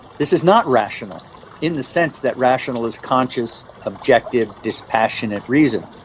this is not rational in the sense that rational is conscious, objective, dispassionate reason.